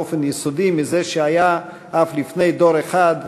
באופן יסודי מזה שהיה אף לפני דור אחד.